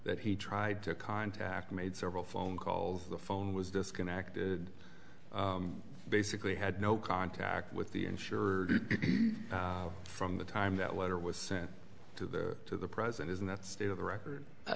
that he tried to contact made several phone calls the phone was disconnected basically had no contact with the insured from the time that letter was sent to the to the present is in that state of the record